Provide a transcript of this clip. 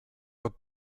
were